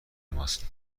ماست